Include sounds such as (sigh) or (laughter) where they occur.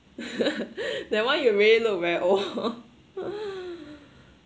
(laughs) that one you really look very old (laughs)